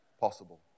possible